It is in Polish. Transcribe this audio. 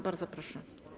Bardzo proszę.